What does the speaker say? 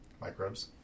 microbes